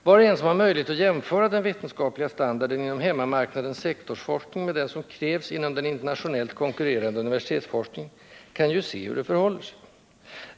Var och en som har möjlighet att jämföra den vetenskapliga standarden inom hemmamarknadens sektorsforskning med den som krävs inom den internationellt konkurrerande universitetsforskningen kan ju se hur det förhåller sig.